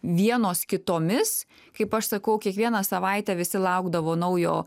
vienos kitomis kaip aš sakau kiekvieną savaitę visi laukdavo naujo